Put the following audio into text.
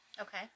Okay